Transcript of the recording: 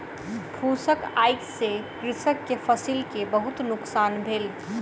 फूसक आइग से कृषक के फसिल के बहुत नुकसान भेल